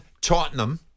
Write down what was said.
Tottenham